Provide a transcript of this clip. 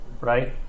right